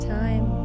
time